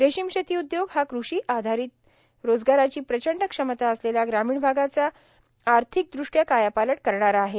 रेशीम शेती उद्योग हा कृषीवर आधारीत रोजगाराची प्रचंड क्षमता असलेला ग्रामीण भागाचा आर्थिकदृष्ट्या कायापालट करणारा आहे